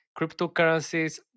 cryptocurrencies